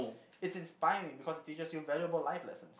it's inspiring because it teaches you valuable life lesson